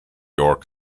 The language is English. york